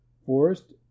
Forest